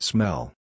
Smell